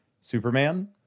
Superman